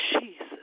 Jesus